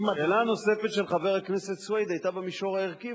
השאלה הנוספת של חבר הכנסת סוייד היתה במישור הערכי,